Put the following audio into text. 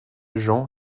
jean